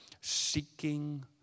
seeking